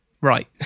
right